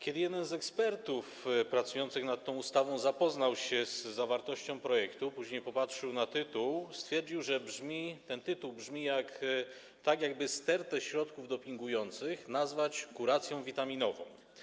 Kiedy jeden z ekspertów pracujących nad tą ustawą zapoznał się z zawartością projektu, a później popatrzył na tytuł, stwierdził, że ten tytuł brzmi tak, jakby stertę środków dopingujących nazwać kuracją witaminową.